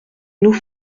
nous